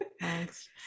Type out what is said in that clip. Thanks